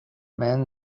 men